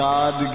God